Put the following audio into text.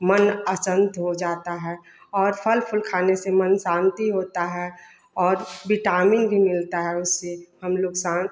मन अशांत हो जाता है और फल फूल खाने से मन शांति होता है और विटामिन भी मिलता है उससे हम लोग शांत